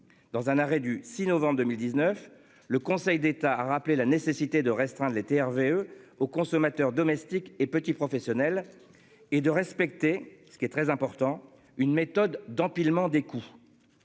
Dans un arrêt du 6 novembre 2019, le Conseil d'État a rappelé la nécessité de restreindre les TRV eux aux consommateurs domestiques et petits professionnels et de respecter ce qui est très important, une méthode d'empilement des coups.